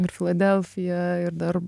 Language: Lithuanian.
ir filadelfija ir dar